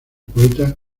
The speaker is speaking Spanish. poeta